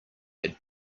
had